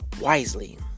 wisely